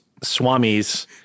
swamis